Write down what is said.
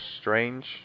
Strange